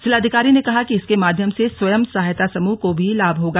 जिलाधिकारी ने कहा कि इसके माध्यम से स्वंय सहायता समूह को भी लाभ होगा